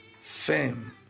fame